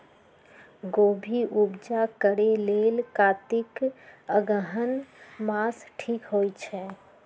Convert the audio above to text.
गोभि उपजा करेलेल कातिक अगहन मास ठीक होई छै